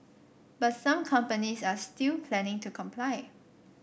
but some companies are still planning to comply